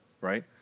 right